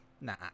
Nah